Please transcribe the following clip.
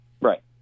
Right